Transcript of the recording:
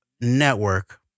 Network